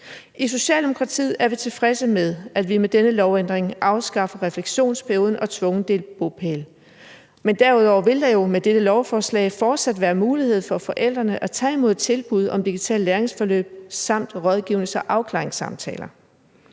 I Socialdemokratiet er vi tilfredse med, at vi med denne lovændring afskaffer refleksionsperioden og tvungen delt bopæl. Derudover vil det med dette lovforslag fortsat være en mulighed for forældrene at tage imod tilbuddet om digitale læringsforløb samt rådgivnings- og afklaringssamtaler.